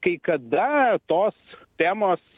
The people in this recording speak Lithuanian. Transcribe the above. kai kada tos temos